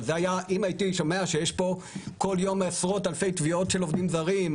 אבל אם הייתי שומע שיש פה כל יום עשרות אלפי תביעות של עובדים זרים,